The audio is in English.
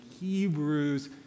Hebrews